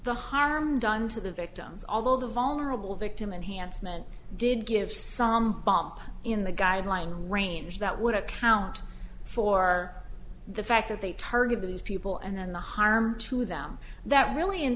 the harm done to the victims although the vulnerable victim enhanced men did give some bump in the guideline range that would account for the fact that they targeted these people and then the harm to them that really in